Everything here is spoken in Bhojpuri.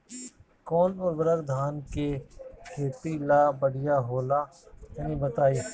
कौन उर्वरक धान के खेती ला बढ़िया होला तनी बताई?